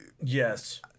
Yes